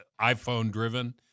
iPhone-driven